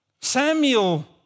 Samuel